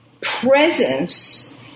presence